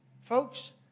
Folks